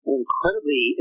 incredibly